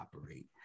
operate